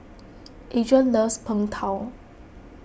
Adrain loves Png Tao